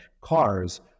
cars